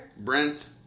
Brent